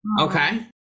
Okay